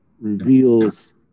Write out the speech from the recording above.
reveals